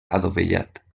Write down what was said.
adovellat